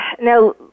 Now